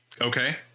okay